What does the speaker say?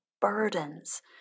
burdens